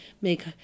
make